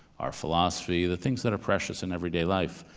our philosophy, the things that are precious in everyday life.